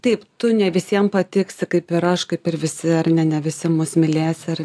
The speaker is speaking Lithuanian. taip tu ne visiem patiksi kaip ir aš kaip ir visi ar ne ne visi mus mylės ir